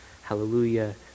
Hallelujah